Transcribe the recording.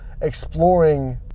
exploring